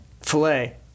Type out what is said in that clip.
Filet